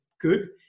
good